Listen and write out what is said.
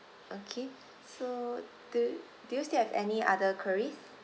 okay so do do you still have any other queries